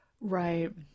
Right